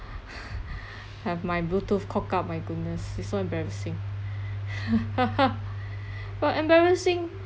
have my bluetooth cock up my goodness is so embarrassing but embarrassing